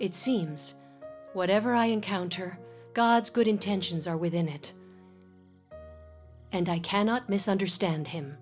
it seems whatever i encounter god's good intentions are within it and i cannot misunderstand him